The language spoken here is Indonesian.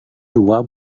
dua